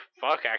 fuck